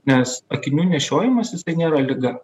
nes akinių nešiojimas tai nėra liga